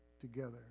together